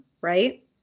right